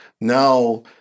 now